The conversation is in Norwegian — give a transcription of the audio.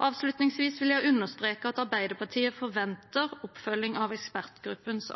Avslutningsvis vil jeg understreke at Arbeiderpartiet forventer oppfølging av ekspertgruppens